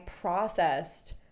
processed